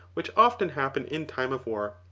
which often happen in time of war,